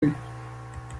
nan